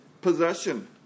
possession